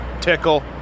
tickle